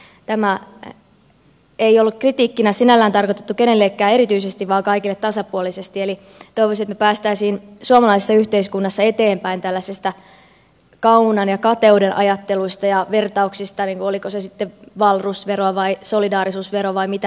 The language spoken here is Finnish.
tämä ei ollut kritiikkinä sinällään tarkoitettu kenellekään erityisesti vaan kaikille tasapuolisesti eli toivoisin että me pääsisimme suomalaisessa yhteiskunnassa eteenpäin tällaisesta kaunan ja kateuden ajattelusta ja vertauksista olipa se sitten wahlroos vero vai solidaarisuusvero tai mitä ikinä